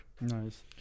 Nice